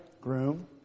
groom